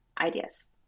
ideas